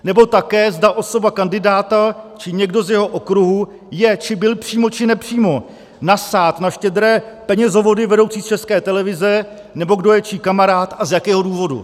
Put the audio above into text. Nebo také, zda osoba kandidáta či někdo z jeho okruhu je či byl přímo či nepřímo nasát na štědré penězovody vedoucí z České televize, nebo kdo je čí kamarád a z jakého důvodu.